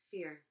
Fear